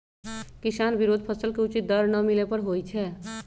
किसान विरोध फसल के उचित दर न मिले पर होई छै